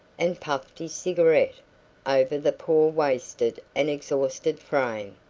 and puffed his cigarette over the poor wasted and exhausted frame.